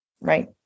Right